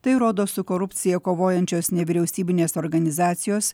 tai rodo su korupcija kovojančios nevyriausybinės organizacijos